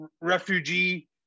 refugee